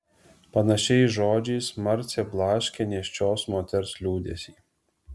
panašiais žodžiais marcė blaškė nėščios moters liūdesį